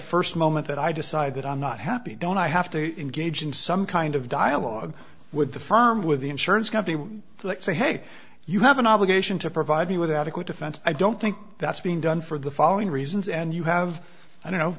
first moment that i decide that i'm not happy don't i have to engage in some kind of dialogue with the firm with the insurance company say hey you have an obligation to provide me with adequate defense i don't think that's being done for the following reasons and you have i don't know